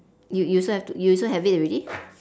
you you also you also have it already